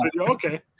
Okay